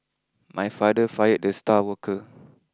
my father fired the star worker